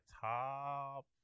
top